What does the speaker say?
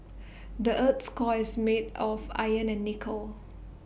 the Earth's core is made of iron and nickel